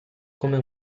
come